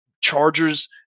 chargers